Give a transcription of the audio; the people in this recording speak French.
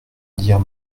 dire